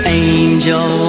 angel